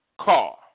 Car